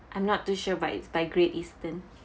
I'm not too sure but it's by Great Eastern